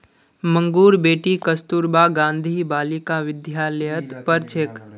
मंगूर बेटी कस्तूरबा गांधी बालिका विद्यालयत पढ़ छेक